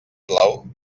blau